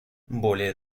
более